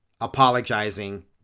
apologizing